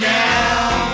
now